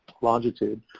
longitude